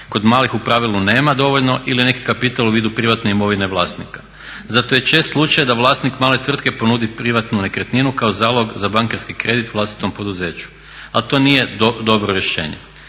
kod malih u pravilu nema dovoljno, ili neki kapital u vidu privatne imovine vlasnika. Zato je čest slučaj da vlasnik male tvrtke ponudi privatnu nekretninu kako zalog za bankarski kredit vlastitom poduzeću, ali to nije dobro rješenje.